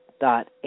dot